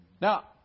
Now